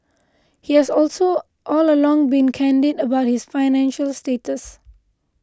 he has also all along been candid about his financial status